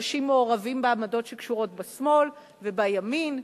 אנשים מעורבים בעמדות שקשורות בשמאל ובימין,